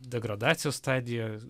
degradacijos stadija